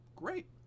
great